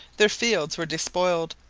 their fields were despoiled,